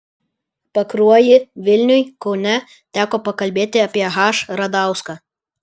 pakruojy vilniuj kaune teko pakalbėti apie h radauską